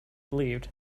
believed